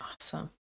Awesome